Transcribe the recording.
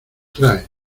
trae